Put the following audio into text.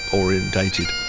orientated